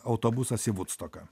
autobusas į vudstoką